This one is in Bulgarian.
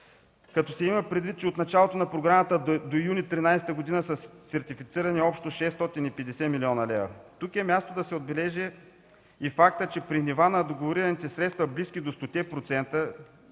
като се има предвид, че от началото на програмата до месец юни 2013 г. са сертифицирани общо 650 млн. лв. Тук е мястото да се отбележи и фактът, че при нива на договорираните средства, близки до 100-те